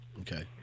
Okay